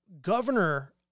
governor